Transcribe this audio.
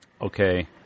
okay